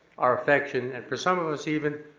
our affection, and for some of us even,